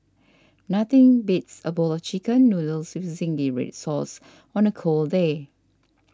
nothing beats a bowl of Chicken Noodles with Zingy Red Sauce on a cold day